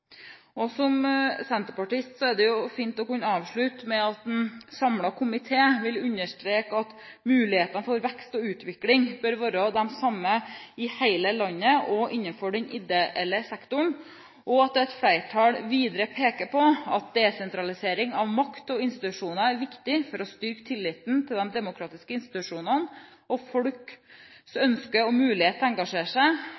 Som senterpartist er det jo fint å kunne avslutte med at en samlet komité vil understreke at mulighetene for vekst og utvikling bør være de samme i hele landet også innenfor den ideelle sektoren, og at et flertall videre peker på at desentralisering av makt og institusjoner er viktig for å styrke tilliten til de demokratiske institusjonene og folks ønske og mulighet til å engasjere seg.